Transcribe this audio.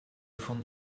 von